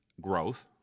growth